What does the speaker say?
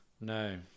No